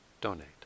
donate